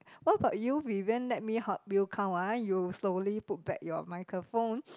what about you Vivian let me help you count ah you slowly put back your microphone